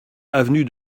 avenue